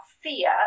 fear